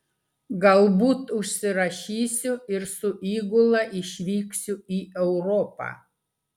galbūt užsirašysiu ir su įgula išvyksiu į europą